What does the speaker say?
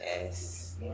Yes